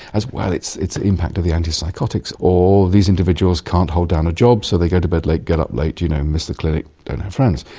as, well, it's the impact of the antipsychotics, or these individuals can't hold down a job so they go to bed late, get up late, you know, miss the clinic, don't have friends.